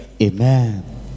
Amen